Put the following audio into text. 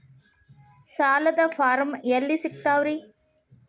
ಸಾಲದ ಫಾರಂ ಎಲ್ಲಿ ಸಿಕ್ತಾವ್ರಿ?